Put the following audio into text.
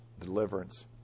deliverance